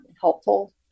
helpful